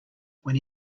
when